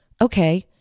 okay